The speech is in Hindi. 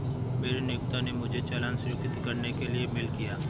मेरे नियोक्ता ने मुझे चालान स्वीकृत करने के लिए मेल किया